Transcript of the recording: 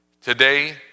today